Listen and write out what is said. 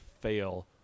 fail